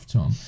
Tom